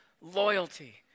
loyalty